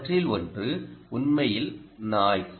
அவற்றில் ஒன்று உண்மையில் நாய்ஸ்